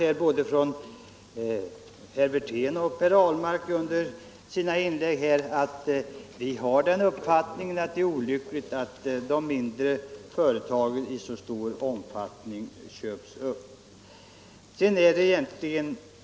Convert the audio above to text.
Jo, både herr Wirtén och herr Ahlmark har i sina debattinlägg i dag sagt att vår uppfattning är att det är olyckligt att de mindre företagen köps upp i så stor utsträckning.